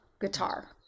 guitar